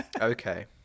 Okay